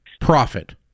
Profit